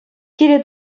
киле